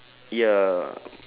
ya